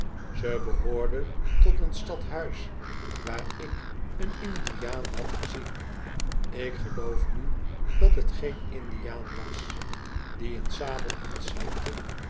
ze behoorde tot een stadhuis waar ik een indiaan had gezien ik geloof nu dat het geen indiaan was die een sabel inslikte